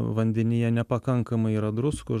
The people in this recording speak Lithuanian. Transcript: vandenyje nepakankamai yra druskų